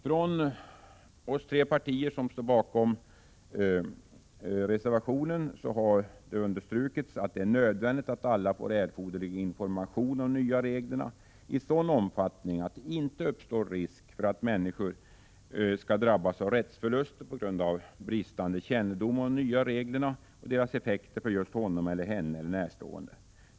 Från de tre partier som står bakom reservationen har det understrukits att det är nödvändigt att alla får erforderlig information om de nya reglerna i 'sådan omfattning att det inte uppstår risk för att människor skall drabbas av rättsförluster på grund av bristande kännedom om de nya reglerna och deras effekter för just honom eller henne eller närstående.